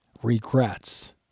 regrets